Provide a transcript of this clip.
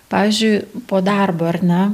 pavyzdžiui po darbo ar ne